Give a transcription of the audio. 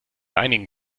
einigen